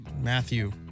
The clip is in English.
Matthew